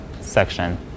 section